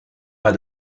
pas